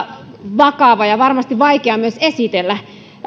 vakava ja varmasti myös vaikea esitellä